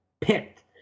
picked